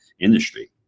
industry